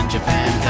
Japan